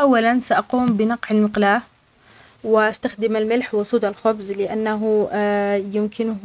أولًا سأقوم بنقع المقلاة واستخدم الملح وصودا الخبز لأنه يمكنه